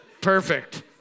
Perfect